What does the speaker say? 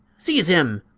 seize him!